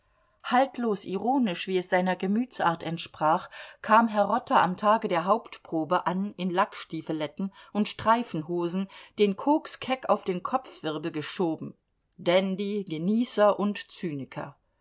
haltlos ironisch wie es seiner gemütsart entsprach kam herr rotter am tage der hauptprobe an in lackstiefeletten und streifenhosen den koks keck auf den kopfwirbel geschoben dandy genießer und zyniker